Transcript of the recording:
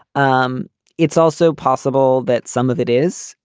um it's also possible that some of it is,